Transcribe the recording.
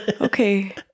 Okay